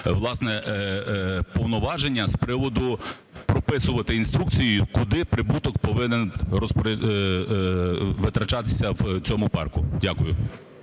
повноваження з приводу прописувати інструкцію, куди прибуток повинен витрачатися в цьому парку? Дякую.